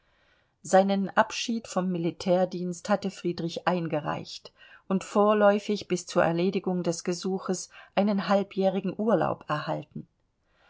seinen abschied vom militärdienst hatte friedrich eingereicht und vorläufig bis zur erledigung des gesuches einen halbjährigen urlaub erhalten